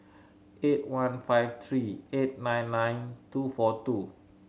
eight one five three eight nine nine two four two